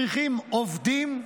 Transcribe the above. אנחנו צריכים עובדים.